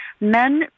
men